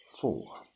four